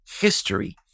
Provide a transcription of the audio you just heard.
history